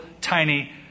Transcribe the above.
tiny